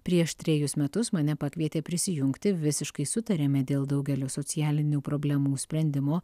prieš trejus metus mane pakvietė prisijungti visiškai sutarėme dėl daugelio socialinių problemų sprendimo